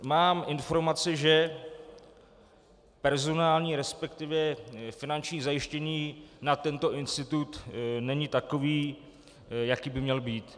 Mám informaci, že personální, resp. finanční zajištění na tento institut není takový, jaký by měl být.